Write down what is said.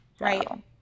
Right